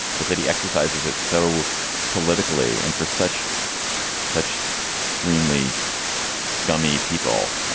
but that he exercises it so politically and for such such extremely scummy people